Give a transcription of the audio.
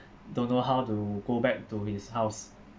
don't know how to go back to his house